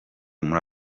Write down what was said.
muri